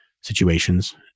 situations